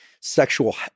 sexual